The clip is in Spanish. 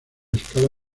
escala